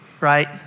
Right